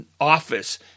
office